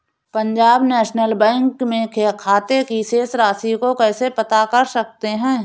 Punjab national bank में खाते की शेष राशि को कैसे पता कर सकते हैं?